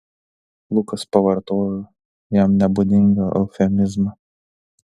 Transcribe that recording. lukas pavartojo jam nebūdingą eufemizmą